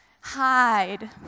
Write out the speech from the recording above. hide